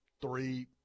three